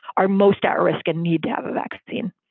are most at risk and need to have a vaccine